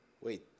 wait